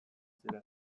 ziren